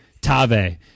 Tave